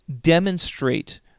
demonstrate